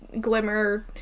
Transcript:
Glimmer